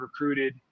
recruited